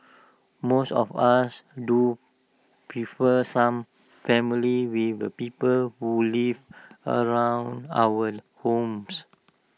most of us do prefer some family with the people who live around our homes